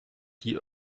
die